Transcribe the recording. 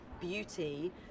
beauty